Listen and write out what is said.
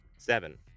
Seven